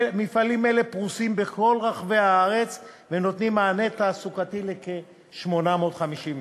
מפעלים אלה פרוסים בכל רחבי הארץ ונותנים מענה תעסוקתי לכ-850 איש.